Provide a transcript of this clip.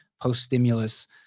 post-stimulus